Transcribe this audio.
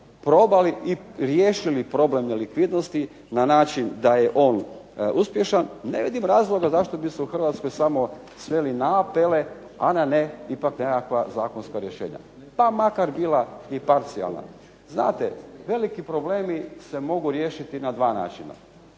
probali i riješili problem nelikvidnosti na način da je on uspješan ne vidim razloga zašto bi se u Hrvatskoj samo sveli na apele, a ne na ipak neka zakonska rješenja. Pa makar bila i parcijalna. Znate, veliki problemi se mogu riješiti na 2 načina.